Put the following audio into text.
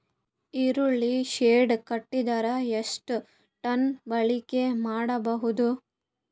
ಈರುಳ್ಳಿ ಶೆಡ್ ಕಟ್ಟಿದರ ಎಷ್ಟು ಟನ್ ಬಾಳಿಕೆ ಮಾಡಬಹುದು?